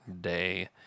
day